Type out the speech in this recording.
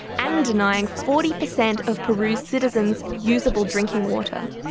and denying forty percent of peru's citizens usable drinking water.